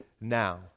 now